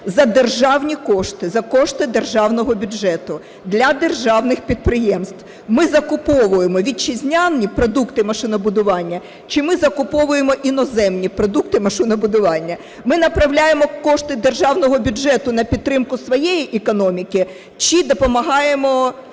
за державні кошти, за кошти державного бюджету для державних підприємств ми закуповуємо вітчизняні продукти машинобудування чи ми закуповуємо іноземні продукти машинобудування, ми направляємо кошти державного бюджету на підтримку своєї економіки чи допомагаємо